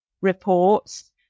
reports